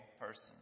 person